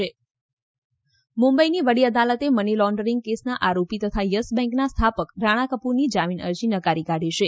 રાણાકપૂર જામીન મુંબઈની વડી અદાલતે મની લોન્ડરિંગ કેસના આરોપી તથા યસ બેન્કના સ્થાપક રાણાકપૂરની જામીન અરજી નકારી કાઢી છે